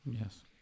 yes